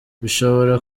bishobora